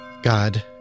God